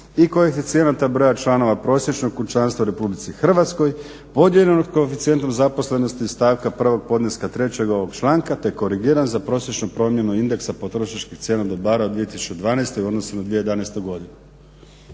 i koeficijenata broja članova prosječnog kućanstva u Republici Hrvatskoj podijeljenog s koeficijentom zaposlenosti iz stavka prvog, podneska trećeg ovog članka, te korigiran za prosječnu promjenu indeksa potrošačkih cijena dobara od 2012. u odnosu na 2011. godinu.